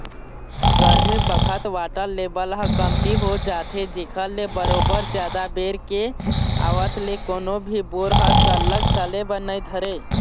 गरमी बखत water level ह कमती हो जाथे जेखर ले बरोबर जादा बेर के आवत ले कोनो भी बोर ह सरलग चले बर नइ धरय